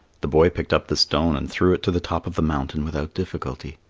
the boy picked up the stone and threw it to the top of the mountain without difficulty.